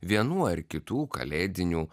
vienų ar kitų kalėdinių